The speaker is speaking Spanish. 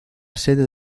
sede